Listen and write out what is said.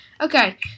Okay